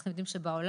אנחנו יודעים שבעולם,